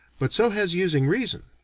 but so has using reason.